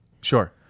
Sure